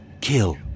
kill